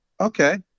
Okay